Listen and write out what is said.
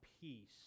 peace